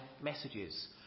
messages